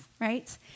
right